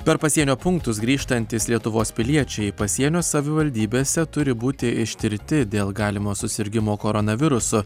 per pasienio punktus grįžtantys lietuvos piliečiai pasienio savivaldybėse turi būti ištirti dėl galimo susirgimo koronavirusu